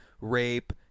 rape